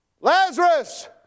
Lazarus